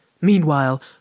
Meanwhile